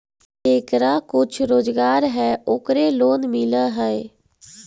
जेकरा कुछ रोजगार है ओकरे लोन मिल है?